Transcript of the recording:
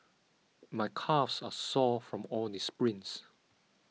my calves are sore from all the sprints